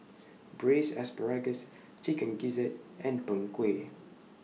Braised Asparagus Chicken Gizzard and Png Kueh